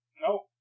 No